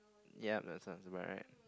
yup that sounds about right